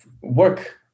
work